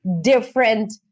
different